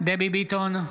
דבי ביטון,